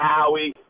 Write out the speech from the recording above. Howie